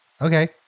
Okay